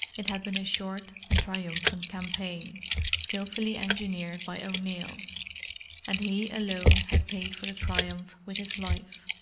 it had been a short and triumphant campaign skilfully engineered by o'neill and he alone had paid for the triumph with his life.